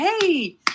hey